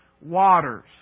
waters